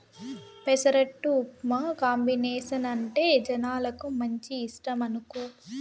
పెసరట్టు ఉప్మా కాంబినేసనంటే జనాలకు మంచి ఇష్టమనుకో